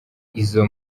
izo